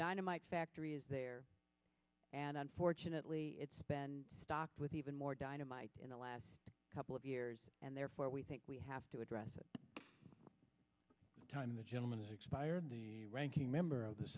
dynamite factory is there and unfortunately it's been stocked with even more dynamite in the last couple of years and therefore we think we have to address that time the gentleman has expired the ranking member of the